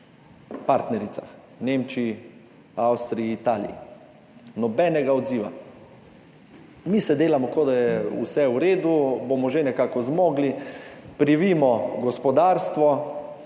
partnericah – Nemčiji, Avstriji, Italiji. Nobenega odziva. Mi se delamo, kot da je vse v redu, bomo že nekako zmogli, privijmo gospodarstvo,